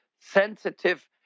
sensitive